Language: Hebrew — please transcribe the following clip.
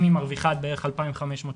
אם היא מרוויחה בערך 2,500 שקלים,